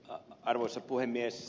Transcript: arvoisa puhemies